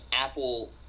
apple